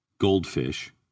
Goldfish